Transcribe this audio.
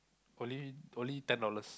only only ten dollars